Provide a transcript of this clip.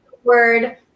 word